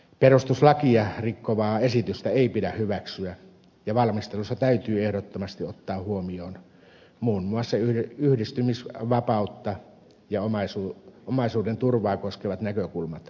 perustuslakia rikkovaa esitystä ei pidä hyväksyä ja valmistelussa täytyy ehdottomasti ottaa huomioon muun muassa yhdistymisvapautta ja omaisuuden turvaa koskevat näkökulmat